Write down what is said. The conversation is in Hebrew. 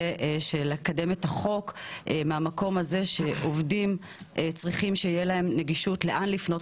לקדם את החוק מהמקום הזה שעובדים צריכים שתהיה להם נגישות לאן לפנות.